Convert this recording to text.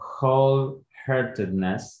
wholeheartedness